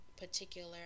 particular